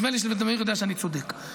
נדמה לי שאתה יודע שאני צודק.